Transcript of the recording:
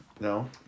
No